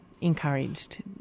encouraged